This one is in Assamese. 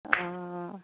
অঁ